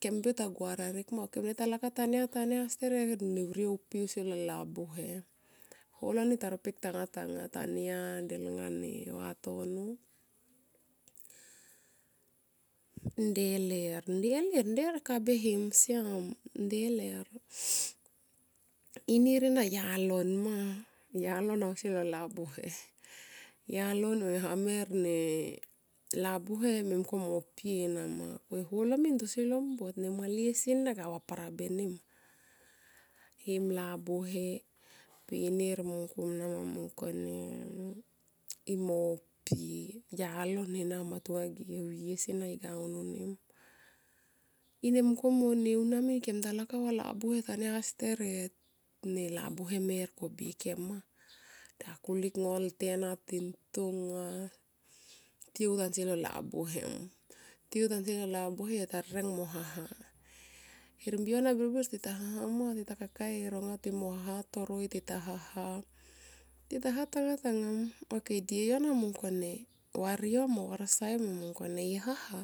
Kem birbir ta gua rarek ma ko ikem ne talakap tania, tania steret ne rviou pi usi lo labuhe holo ni tarpek tanga tanga tania delnga vatono nde ler nde ler nde kabe him siam nde ler inir ena yalon ma yalon ausi lo labuhe yalon mo hamer ne labuhe mungko mo pie nama e holo min tosi lo mbot ne malie sini ga vaparabeni him labuhe pe inir mungkomia ma mungkone imo pie yalon enama tonga ge uyesi na i gua unun nim, ine mungkone mo unia min kem ta lakap va labuhe tania steret ne labuhe mer kobi kem ma dakulik ngolte na tintonga tiou tansi lo labuhe yo ta rireng mo haha her mbiyo na birbir tita haha ma tita kae ronga timo haha toroi pe tita haha tita haha tangatangam ok dieyo yo na mungkone var yo ma, varsae yo ma mo i mungkone i haha